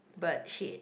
bird shit